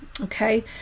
Okay